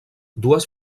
dues